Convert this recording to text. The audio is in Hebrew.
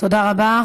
תודה רבה.